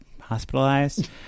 hospitalized